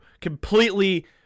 completely